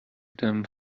them